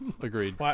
agreed